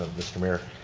mr. mayor,